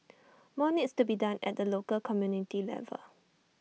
more needs to be done at the local community level